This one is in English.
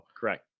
correct